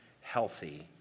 healthy